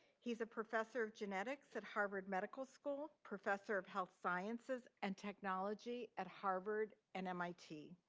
he's a professor of genetics at harvard medical school, professor of health sciences and technology at harvard and mit,